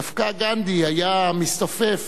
דווקא גנדי היה מסתופף